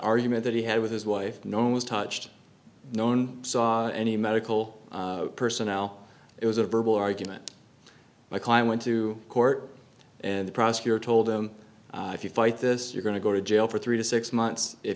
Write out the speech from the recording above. argument that he had with his wife known as touched known saw any medical personnel it was a verbal argument my client went to court and the prosecutor told him if you fight this you're going to go to jail for three to six months if